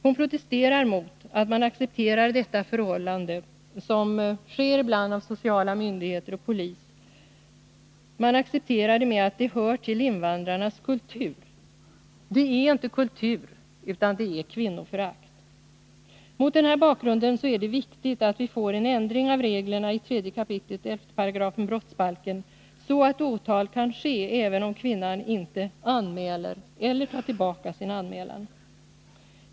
Hon protesterar mot att man accepterar detta förhållande, såsom sker bland sociala myndigheter och polis. Man accepterar det med motiveringen att det hör till invandrarnas kultur. Det är inte kultur utan kvinnoförakt. Mot den bakgrunden är det viktigt att vi får en ändring av reglerna i 3 kap. 11 § brottsbalken så, att åtal kan väckas även om kvinnan inte anmäler misshandeln eller tar tillbaka sin anmälan.